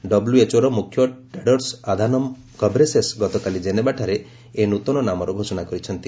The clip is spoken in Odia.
ଡବ୍ଲଏଚ୍ଓର ମୁଖ୍ୟ ଟେଡ୍ରସ୍ ଆଧାନମ୍ ଘେବ୍ରେସସ୍ ଗତକାଲି ଜେନେଭାଠାରେ ଏହି ନୃତନ ନାମର ଘୋଷଣା କରିଛନ୍ତି